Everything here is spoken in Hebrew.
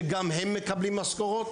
שגם הם מקבלים משכורות